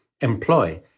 employ